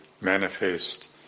manifest